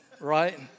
right